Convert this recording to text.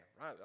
right